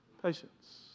Patience